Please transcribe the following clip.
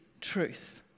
truth